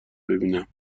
ببینم